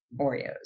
Oreos